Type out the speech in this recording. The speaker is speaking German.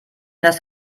das